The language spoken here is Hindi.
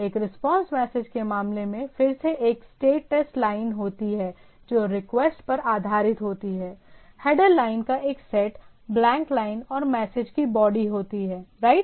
एक रिस्पांस मैसेज के मामले में फिर से एक स्टेटस लाइन होती है जो रिक्वेस्ट पर आधारित होती है हेडर लाइन का एक सेट ब्लैंक लाइन और मैसेज की बॉडी होती है राइट